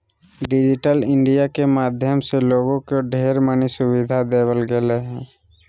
digital India के माध्यम से लोगों के ढेर मनी सुविधा देवल गेलय ह